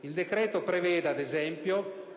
Il decreto prevede ad esempio